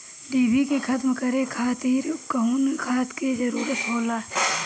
डिभी के खत्म करे खातीर कउन खाद के जरूरत होला?